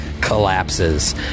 Collapses